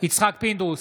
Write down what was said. יצחק פינדרוס,